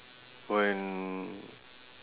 when